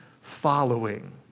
following